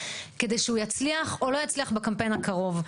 כדי שהוא יצליח או לא יצליח בקמפיין הקרוב.